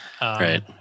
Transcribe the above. Right